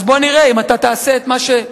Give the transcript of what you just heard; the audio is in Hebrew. אז בוא נראה אם אתה תעשה את מה שהובטח